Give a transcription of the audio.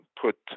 put